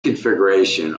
configuration